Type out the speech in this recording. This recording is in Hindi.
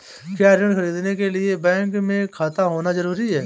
क्या ऋण ख़रीदने के लिए बैंक में खाता होना जरूरी है?